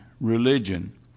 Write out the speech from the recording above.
religion